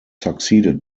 succeeded